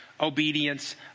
obedience